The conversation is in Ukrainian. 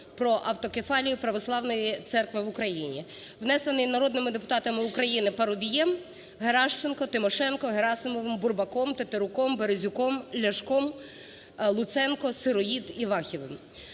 про автокефалію Православної Церкви в Україні, внесений народними депутатами України Парубієм, Геращенко, Тимошенко, Герасимовим, Бурбаком, Тетеруком, Березюком, Ляшком, Луценко, Сироїд, Івахівим.